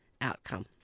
outcome